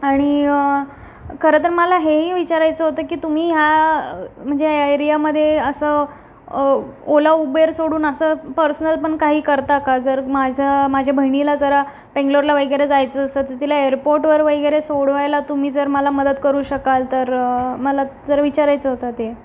आणि खरं तर मला हेही विचारायचं होतं की तुम्ही ह्या म्हणजे या एरियामध्ये असं ओला उबेर सोडून असं पर्सनल पण काही करता का जर माझं माझ्या बहिणीला जरा बेंगलोरला वगैरे जायचं असतं तिला एअरपोर्टवर वगैरे सोडवायला तुम्ही जर मला मदत करू शकाल तर मला जर विचारायचं होतं ते